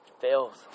fails